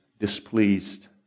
displeased